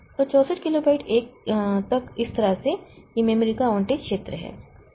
तो 64 किलोबाइट तक इस तरह से यह मेमोरी को आवंटित क्षेत्र है